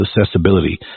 accessibility